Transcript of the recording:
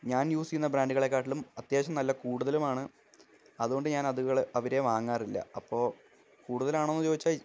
ഞാൻ യൂസ് ചെയ്യണ ബ്രാൻറ്റുകളെക്കാട്ടിലും അത്യാവശ്യം നല്ല കൂടുതലുമാണ് അതു കൊണ്ട് ഞാൻ അത്കൾ അവരെ വാങ്ങാറില്ല അപ്പോൾ കൂടുതലാണോ ചോദിച്ചാൽ അത്യാവശ്യം കൂടുതലാണ്